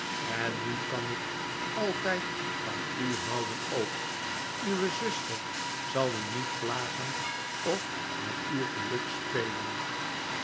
en u nooit vervelen en nukanikaltyd van u houden ook uwe zuster zal u niet plagen of met uw geluk spelen